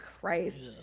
Christ